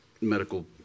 Medical